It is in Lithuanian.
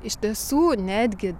iš tiesų netgi